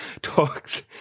talks